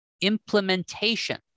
implementation